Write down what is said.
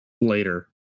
later